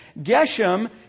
Geshem